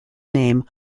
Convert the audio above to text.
name